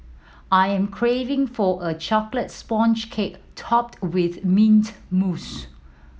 I am craving for a chocolate sponge cake topped with mint mousse